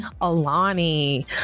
Alani